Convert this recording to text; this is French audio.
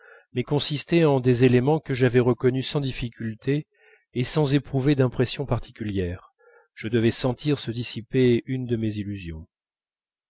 mais qui consistaient en des éléments que j'avais reconnus sans difficulté et sans éprouver d'impression particulière je devais sentir se dissiper une de mes illusions